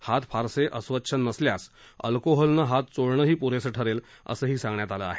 हात फारसे अस्वच्छ नसल्यास अल्कोहोलनं हात चोळणही पुरेसं ठरेल असंही सांगण्यात आलं आहे